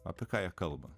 apie ką kalba